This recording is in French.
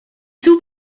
tout